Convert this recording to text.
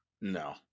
No